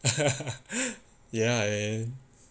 ya man